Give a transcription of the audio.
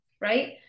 right